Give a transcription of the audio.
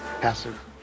passive